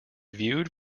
viewed